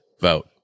vote